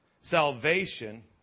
Salvation